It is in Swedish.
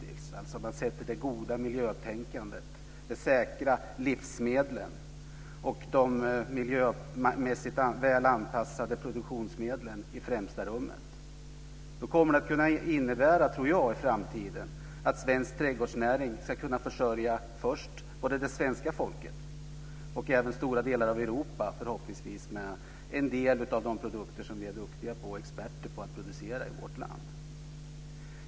Det handlar alltså om att sätta det goda miljötänkandet, de säkra livsmedlen och de miljömässigt väl anpassade produktionsmedlen i främsta rummet. Det kommer att innebära, tror jag, att svensk trädgårdsnäring i framtiden ska kunna försörja både det svenska folket och stora delar av Europa, förhoppningsvis, med en del av de produkter som vi är duktiga på, som vi är experter på att producera i vårt land.